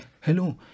hello